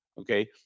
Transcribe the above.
Okay